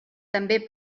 també